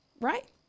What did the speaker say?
Right